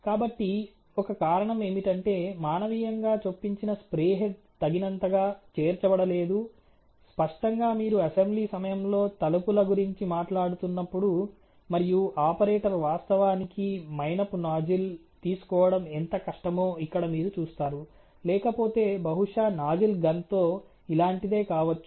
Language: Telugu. కాబట్టి ఒక కారణం ఏమిటంటే మానవీయంగా చొప్పించిన స్ప్రే హెడ్ తగినంతగా చేర్చబడలేదు స్పష్టంగా మీరు అసెంబ్లీ సమయంలో తలుపుల గురించి మాట్లాడుతున్నప్పుడు మరియు ఆపరేటర్ వాస్తవానికి మైనపు నాజిల్ తీసుకోవడం ఎంత కష్టమో ఇక్కడ మీరు చూస్తారు లేకపోతే బహుశా నాజిల్ గన్ తో ఇలాంటిదే కావచ్చు